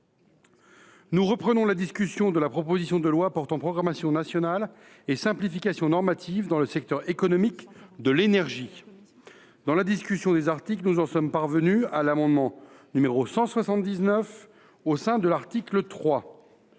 Nous reprenons la discussion de la proposition de loi portant programmation nationale et simplification normative dans le secteur économique de l’énergie. Dans la discussion des articles, nous en sommes parvenus à l’amendement n° 179 au sein de l’article 3.